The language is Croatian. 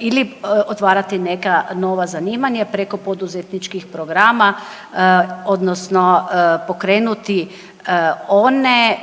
ili otvarati neka nova zanimanja preko poduzetničkih programa odnosno pokrenuti one,